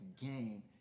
game